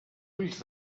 ulls